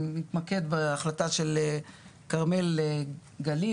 אני מתמקד בהחלטה של כרמל גליל,